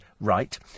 right